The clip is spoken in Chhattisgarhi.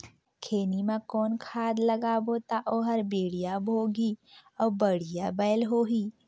खैनी मा कौन खाद लगाबो ता ओहार बेडिया भोगही अउ बढ़िया बैल होही?